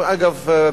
אגב,